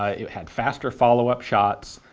ah it had faster follow up shots.